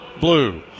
blue